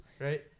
right